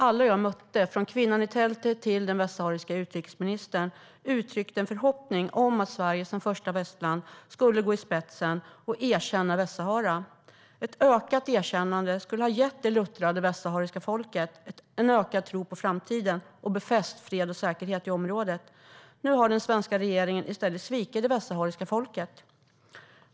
Alla jag mötte, från kvinnan i tältet till den västsahariska utrikesministern, uttryckte en förhoppning om att Sverige som första västland skulle gå i spetsen och erkänna Västsahara. Ett ökat erkännande skulle ha gett det luttrade västsahariska folket en ökad tro på framtiden och befäst fred och säkerhet i området. Nu har den svenska regeringen i stället svikit det västsahariska folket.